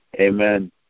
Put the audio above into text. amen